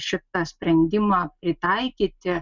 šitą sprendimą pritaikyti